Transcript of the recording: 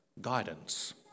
guidance